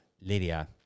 Lydia